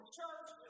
church